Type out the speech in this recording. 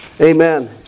Amen